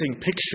picture